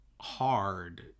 hard